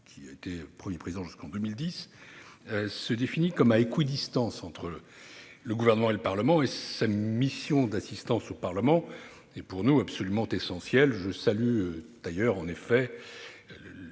qui a été Premier président jusqu'en 2010, la Cour des comptes se définit comme à équidistance entre le Gouvernement et le Parlement et sa mission d'assistance au Parlement est, pour nous, absolument essentielle. Je salue, d'ailleurs,